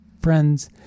friends